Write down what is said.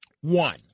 one